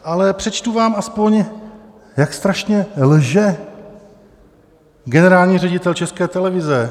Ale přečtu vám aspoň, jak strašně lže generální ředitel České televize.